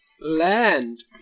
Land